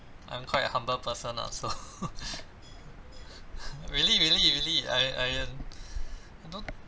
I'm quite a humble person ah so really really really I I I don't